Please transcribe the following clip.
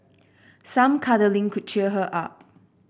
some cuddling could cheer her up